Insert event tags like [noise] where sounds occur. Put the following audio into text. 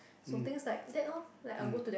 mm [breath] mm